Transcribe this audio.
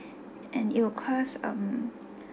and it will cost um